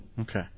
Okay